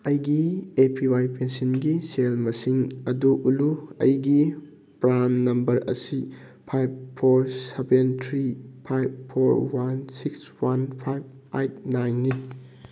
ꯑꯩꯒꯤ A P Y ꯄꯦꯟꯁꯤꯟꯒꯤ ꯁꯦꯜ ꯃꯁꯤꯡ ꯑꯗꯨ ꯎꯠꯂꯨ ꯑꯩꯒꯤ ꯄ꯭ꯔꯥꯟ ꯅꯝꯕꯔ ꯑꯁꯤ five four seven three five four one six one five eight nine ꯅꯤ